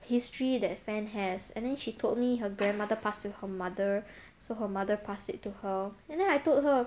history that fan has and then she told me her grandmother passed to her mother so her mother passed it to her and then I told her